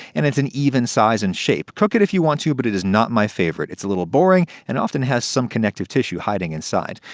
and it's an even size and shape. cook it if you want to, but it is not my favorite. it's a little boring, and it often has some connective tissue hiding inside.